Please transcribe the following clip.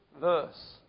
verse